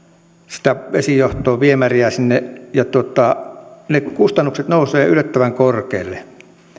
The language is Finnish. sitä vesijohtoa ja viemäriä sinne ne kustannukset nousevat yllättävän korkealle